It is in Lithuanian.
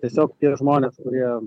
tiesiog tie žmonės kurie